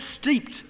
steeped